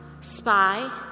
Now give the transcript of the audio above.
spy